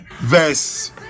verse